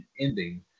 ending